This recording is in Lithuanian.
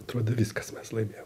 atrodo viskas mes laimėjom